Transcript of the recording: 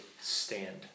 stand